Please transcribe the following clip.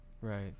Right